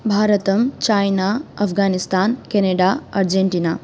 भारतं China Afghanistan Canada Argentina